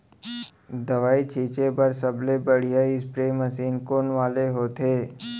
दवई छिंचे बर सबले बढ़िया स्प्रे मशीन कोन वाले होथे?